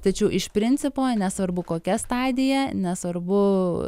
tačiau iš principo nesvarbu kokia stadija nesvarbu